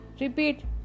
Repeat